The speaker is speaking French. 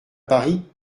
paris